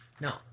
Now